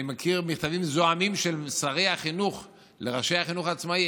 אני מכיר מכתבים זועמים של שרי החינוך לראשי החינוך העצמאי: